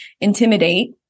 intimidate